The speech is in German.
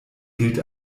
gilt